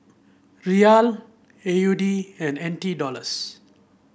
Riyal A U D and N T Dollars